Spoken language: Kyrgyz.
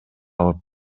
алып